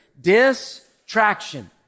Distraction